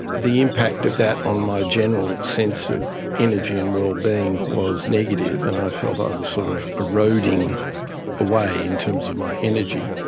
the impact of that on my general sense of energy and wellbeing was negative and i felt i was sort of eroding away in terms of my energy.